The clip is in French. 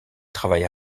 travaille